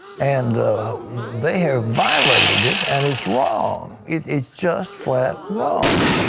and they have violated it and it's wrong. it's it's just flat wrong.